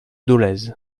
dolez